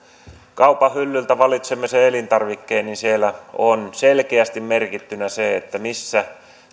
kaupan hyllyltä valitsee sen elintarvikkeen niin siellä on selkeästi merkittynä se missä